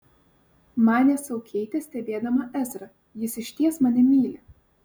manė sau keitė stebėdama ezrą jis išties mane myli